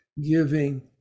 giving